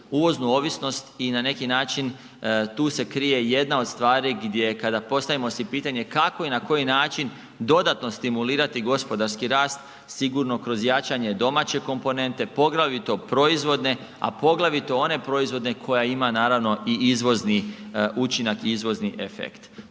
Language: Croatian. uvoznu ovisnost i na neki način tu se krije jedna od stvari gdje kada postavimo si pitanje kako i na koji način dodatno stimulirati gospodarski rast sigurno kroz jačanje domaće komponente poglavito proizvodne a poglavito one proizvodne koja ima naravno i izvozni učinak i izvozni efekt.